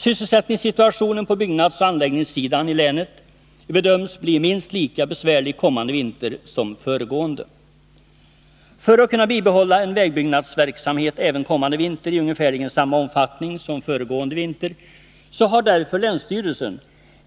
Sysselsättningssituationen på byggnadsoch anläggningssidan bedöms bli minst lika besvärlig kommande vinter som föregående. För att kunna bibehålla en vägbyggnadsverksamhet även kommande vinter i ungefärligen samma omfattning som föregående vinter har därför länsstyrelsen